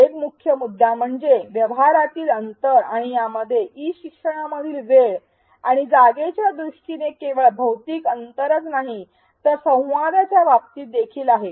एक मुख्य मुद्दा म्हणजे व्यवहारातील अंतर आणि यामध्ये ई शिक्षणामधील वेळ आणि जागेच्या दृष्टीने केवळ भौतिक अंतरच नाही तर संवादाच्या बाबतीत देखील आहे